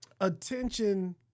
attention